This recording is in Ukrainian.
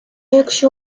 якщо